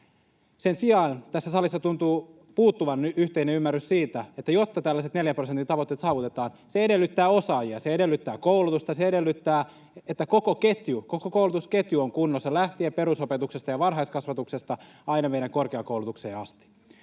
Sen sijaan tässä salissa tuntuu puuttuvan yhteinen ymmärrys siitä, että jotta tällaiset neljän prosentin tavoitteet saavutetaan, se edellyttää osaajia, se edellyttää koulutusta, ja se edellyttää, että koko koulutusketju on kunnossa lähtien perusopetuksesta ja varhaiskasvatuksesta aina meidän korkeakoulutukseen asti.